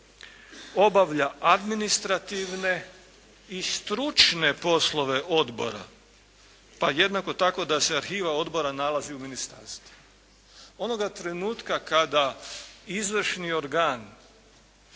obavlja administrativne i stručne poslove odbora, pa jednako tako da se arhiva odbora nalazi u ministarstvu. Onoga trenutka kada izvršni organ